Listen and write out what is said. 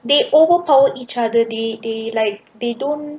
they overpower each other they they like they don't